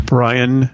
Brian